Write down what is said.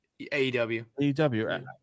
AEW